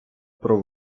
про